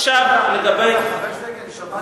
יש לי שאלה,